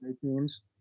teams